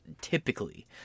typically